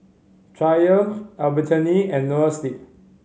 Triumph Albertini and Noa Sleep